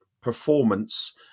performance